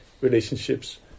relationships